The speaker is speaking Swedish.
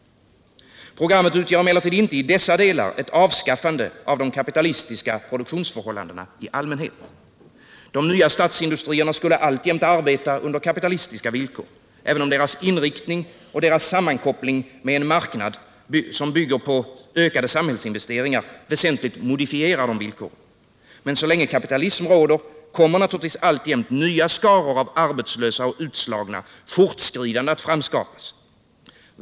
Programmet utgör emellertid inte i dessa delar ett avskaffande av de kapitalistiska produktionsförhållandena i allmänhet. De nya statsindustrierna skulle alltjämt arbeta under kapitalistiska villkor, även om deras inriktning och deras sammankoppling med en marknad, som bygger på ökade samhällsinvesteringar, väsentligt modifierar de villkoren. Men så länge kapitalism råder kommer naturligtvis alltjämt nya skaror av arbetslösa och utslagna fortskridande att framskapas.